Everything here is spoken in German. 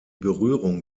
berührung